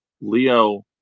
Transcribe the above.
Leo